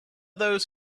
those